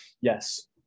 Yes